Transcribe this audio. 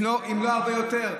אם לא הרבה יותר.